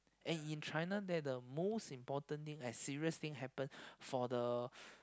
and in China that the most important thing as serious thing happen for the